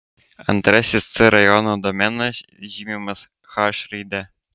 antrasis c rajono domenas žymimas h raide